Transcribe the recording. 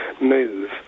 move